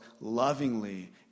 lovingly